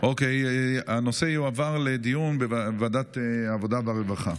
הנושא יועבר לדיון בוועדת העבודה והרווחה.